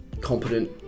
competent